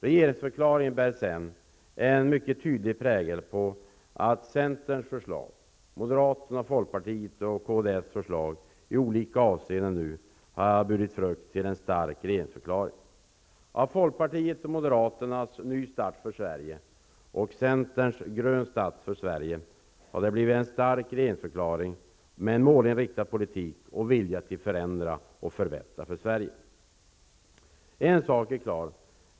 Centerns, moderaternas, folkpartierna liberalernas och kds förslag har i olika avseenden burit frukt och medfört en stark regeringsförklaring. I varje fall präglas förslagen mycket tydligt av att så är fallet. Sverige'' och centerns ''grön start för Sverige'' har det blivit en stark regeringsförklaring med en målinriktad politik och en vilja att förändra och förbättra för Sverige. En sak är klar.